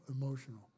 emotional